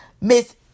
Miss